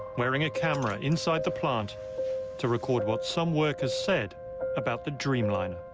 wearing a camera inside the plant to record what some workers said about the dreamliner.